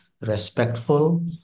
respectful